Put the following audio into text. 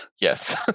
Yes